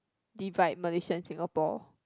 divide Malaysia and Singapore